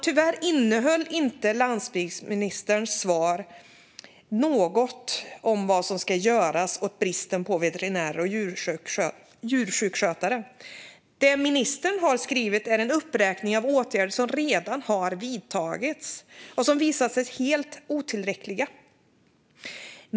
Tyvärr innehöll landsbygdsministerns svar inte något om vad som ska göras åt bristen på veterinärer och djursjukvårdare. Det som ministern har skrivit är en uppräkning av åtgärder som redan har vidtagits och som har visat sig helt otillräckliga.